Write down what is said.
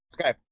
Okay